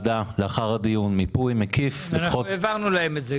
לאחר הדיון העברנו לוועדה מיפוי מקיף --- אנחנו העברנו להם את זה.